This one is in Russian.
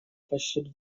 почти